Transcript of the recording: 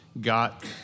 got